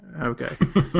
Okay